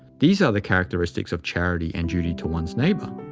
these are the characteristics of charity and duty to one's neighbour.